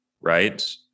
right